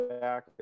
back